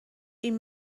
این